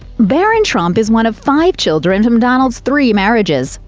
barron trump is one of five children, from donald's three marriages.